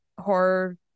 horror